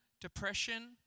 depression